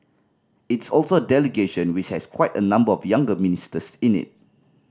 it's also a delegation which has quite a number of younger ministers in it